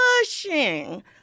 pushing